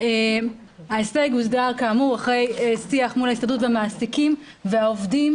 ההסדר הושג כאמור אחרי שיח מול ההסתדרות והמעסיקים והעובדים.